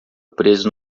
preso